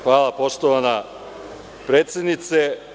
Hvala poštovana predsednice.